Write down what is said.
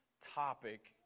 topic